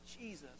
Jesus